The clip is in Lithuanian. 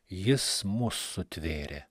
jis mus sutvėrė